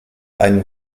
einen